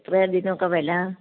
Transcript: എത്രയാണ് ഇതിനൊക്കെ വില